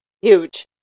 Huge